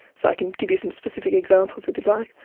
so i can give you some specific examples if you like.